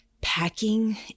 packing